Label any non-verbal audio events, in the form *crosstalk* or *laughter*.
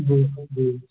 *unintelligible*